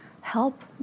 help